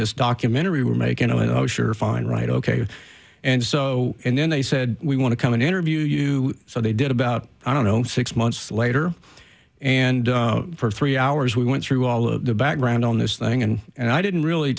this documentary were making sure fine right ok and so and then they said we want to come and interview you so they did about i don't know six months later and for three hours we went through all of the background on this thing and and i didn't really